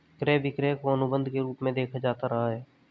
क्रय विक्रय को अनुबन्ध के रूप में देखा जाता रहा है